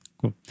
cool